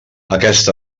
aquest